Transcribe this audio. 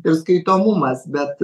ir skaitomumas bet